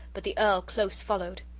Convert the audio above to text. but the earl close followed.